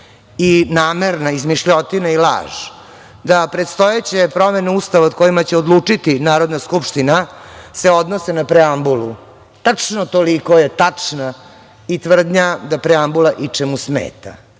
i namerna izmišljotina i laž da predstojeće promene Ustava o kojima će odlučiti Narodna skupština se odnose na preambulu, tačno je toliko tačna i tvrdnja da preambula ičemu smeta.